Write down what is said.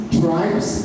tribes